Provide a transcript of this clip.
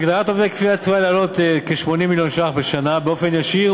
הגדרת עובדי כפייה צפויה לעלות כ-80 מיליון ש"ח בשנה באופן ישיר,